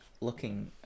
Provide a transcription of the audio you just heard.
Looking